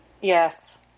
Yes